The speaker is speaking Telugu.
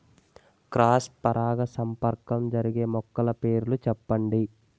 క్రాస్ పరాగసంపర్కం జరిగే మొక్కల పేర్లు చెప్పండి?